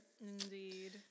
Indeed